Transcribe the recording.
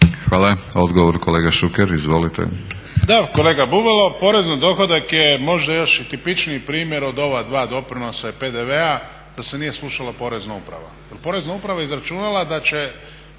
Hvala. Odgovor kolega Šuker. **Šuker, Ivan (HDZ)** Da kolega Bubalo porez na dohodak je možda još i tipičniji primjer od ova dva doprinosa i PDV-a da se nije slušala Porezna uprava. Jel Porezna uprava je izračunala da će